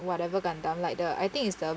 whatever gundam like the I think it's the